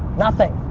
nothing.